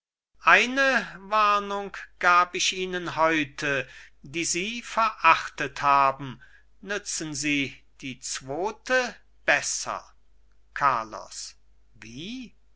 eine warnung gab ich ihnen heute die sie verachtet haben nützen sie die zwote besser carlos wie